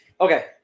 Okay